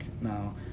Now